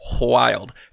wild